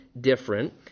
different